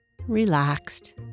relaxed